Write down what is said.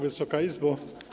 Wysoka Izbo!